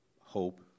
hope